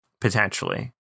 potentially